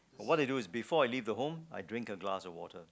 what I do is before I leave the home I drink a glass of water